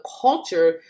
culture